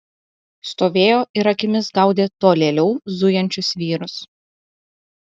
stovėjo ir akimis gaudė tolėliau zujančius vyrus